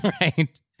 Right